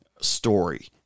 story